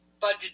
budget